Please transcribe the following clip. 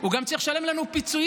הוא גם צריך לשלם לנו פיצויים.